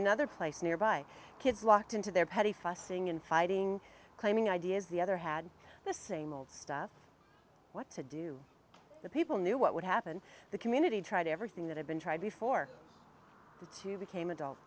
another place nearby kids locked into their petty fussing and fighting claiming ideas the other had the same old stuff what to do the people knew what would happen the community tried everything that had been tried before to became adults